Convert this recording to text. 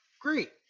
great